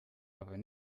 aber